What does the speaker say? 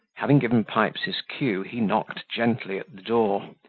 having given pipes his cue, he knocked gently at the door,